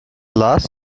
last